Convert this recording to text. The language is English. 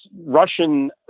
Russian